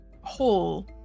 hole